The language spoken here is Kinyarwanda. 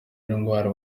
indwara